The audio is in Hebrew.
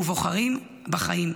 ובוחרים בחיים,